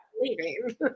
leaving